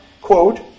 quote